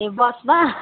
ए बसमा